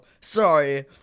sorry